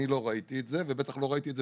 אבל אני לא ראיתי את זה ובטח לא ראיתי את זה